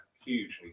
Hugely